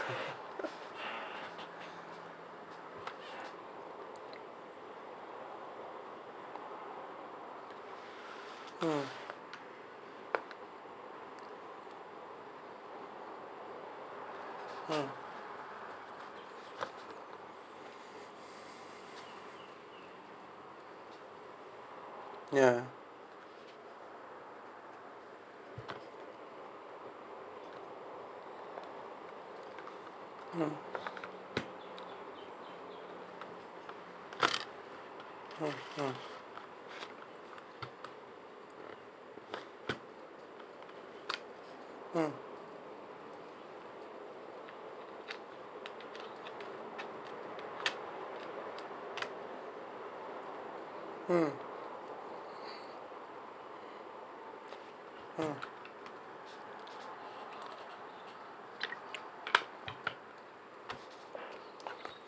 mm mm ya mm mm mm mm mm mm